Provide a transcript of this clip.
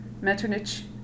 Metternich